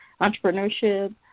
entrepreneurship